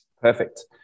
Perfect